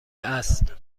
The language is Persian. است